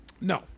No